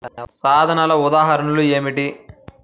సాధనాల ఉదాహరణలు ఏమిటీ?